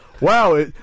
Wow